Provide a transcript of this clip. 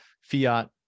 fiat